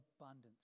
abundance